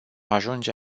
ajunge